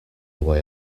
way